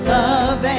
love